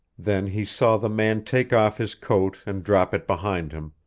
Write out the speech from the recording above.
then he saw the man take off his coat and drop it behind him,